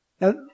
Now